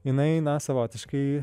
jinai na savotiškai